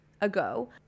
ago